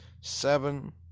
seven